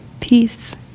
Peace